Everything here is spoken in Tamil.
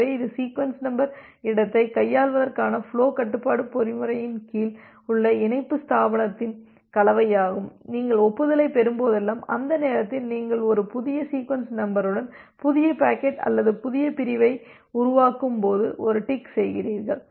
எனவே இது சீக்வென்ஸ் நம்பர் இடத்தைக் கையாள்வதற்கான ஃபுலோ கட்டுப்பாட்டு பொறிமுறையின் கீழ் உள்ள இணைப்பு ஸ்தாபனத்தின் கலவையாகும் நீங்கள் ஒப்புதலைப் பெறும்போதெல்லாம் அந்த நேரத்தில் நீங்கள் ஒரு புதிய சீக்வென்ஸ் நம்பருடன் புதிய பாக்கெட் அல்லது புதிய பிரிவை உருவாக்கும் போது ஒரு டிக் செய்கிறீர்கள்